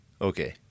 Okay